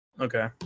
Okay